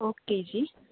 okay ਜੀ